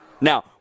Now